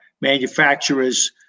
manufacturers